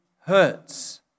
hurts